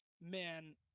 man